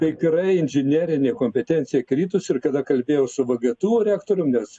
tikrai inžinerinė kompetencija kritus ir kada kalbėjau su vgtu rektorium nes